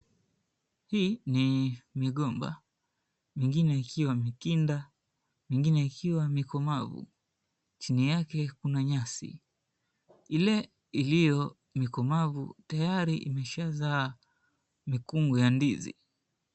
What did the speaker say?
Hii ni migomba. Mengine yakiwa mikinda, mengine yakiwa mikomavu. Chini yake kuna nyasi. Ile iliyomikomavu tayari ishazaa mikungu ya ndizi.